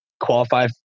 qualify